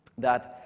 that